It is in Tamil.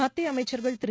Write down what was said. மத்திய அமைச்சர்கள் திரு